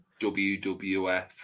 WWF